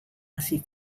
hazi